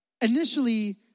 Initially